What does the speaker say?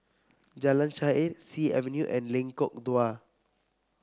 Jalan Shaer Sea Avenue and Lengkok Dua